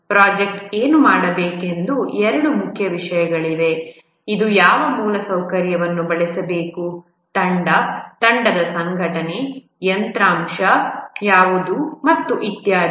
project ಏನು ಮಾಡಬೇಕೆಂದು ಎರಡು ಮುಖ್ಯ ವಿಷಯಗಳಿವೆ ಇದು ಯಾವ ಮೂಲಸೌಕರ್ಯವನ್ನು ಬಳಸಬೇಕು ತಂಡ ತಂಡದ ಸಂಘಟನೆ ಯಂತ್ರಾಂಶ ಯಾವುದು ಮತ್ತು ಇತ್ಯಾದಿ